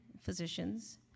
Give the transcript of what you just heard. physicians